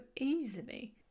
easily